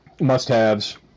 must-haves